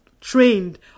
trained